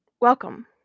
welcome